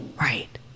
Right